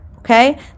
Okay